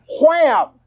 Wham